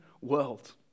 world